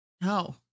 No